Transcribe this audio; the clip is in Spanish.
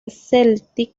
celtic